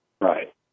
Right